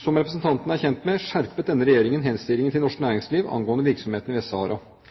Som representanten er kjent med, skjerpet denne regjeringen henstillingen til norsk